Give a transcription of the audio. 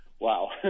Wow